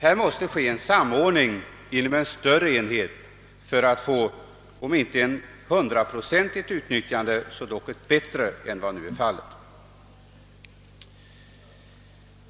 Därför måste en samordning inom en större enhet genomföras för att få till stånd, om inte ett 100-procentigt så dock ett bättre tidsmässigt utnyttjande än vad nu är fallet.